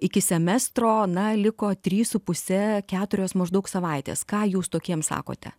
iki semestro na liko trys su puse keturios maždaug savaitės ką jūs tokiems sakote